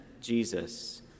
Jesus